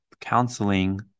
counseling